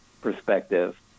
perspective